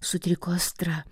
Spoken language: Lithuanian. sutriko astra